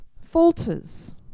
falters